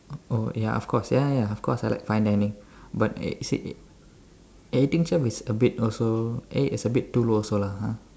oh ya of course ya ya ya of course I like fine dining but eh you see eighteen chefs is a bit also eh is a bit too low also lah !huh!